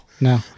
no